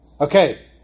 okay